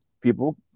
people